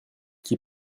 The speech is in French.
qui